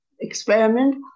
experiment